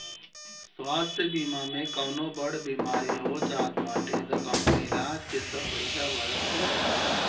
स्वास्थ्य बीमा में कवनो बड़ बेमारी हो जात बाटे तअ कंपनी इलाज के सब पईसा भारत बिया